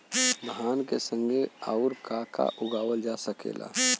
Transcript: धान के संगे आऊर का का उगावल जा सकेला?